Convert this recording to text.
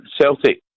Celtic